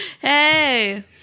Hey